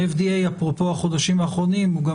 אפרופו החודשים האחרונים ה-FDA הוא גם